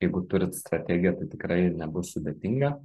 jeigu turit strategiją tikrai nebus sudėtinga